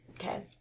Okay